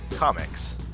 Comics